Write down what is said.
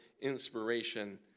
inspiration